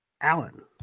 Allen